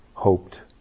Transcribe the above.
Hoped